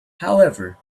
however